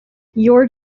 your